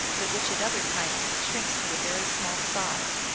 but which at other times shrinks to a very small size.